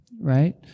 right